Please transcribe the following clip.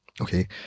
Okay